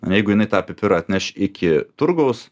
ar ne jeigu jinai tą pipirą atneš iki turgaus